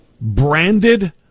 branded